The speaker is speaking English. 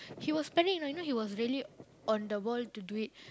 he was spending you know he was really on the ball to do it